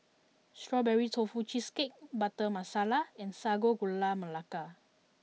Strawberry Tofu Cheesecake Butter Masala and Sago Gula Melaka